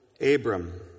Abram